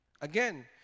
Again